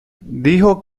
dijo